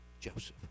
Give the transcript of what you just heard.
Joseph